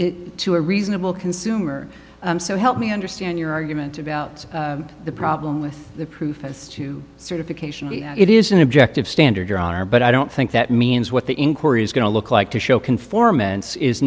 is to a reasonable consumer so help me understand your argument about the problem with the proof as to certification it is an objective standard your honor but i don't think that means what the inquiry is going to look like to show